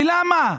ולמה?